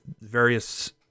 various